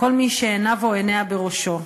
כל מי שעיניו או עיניה בראשו.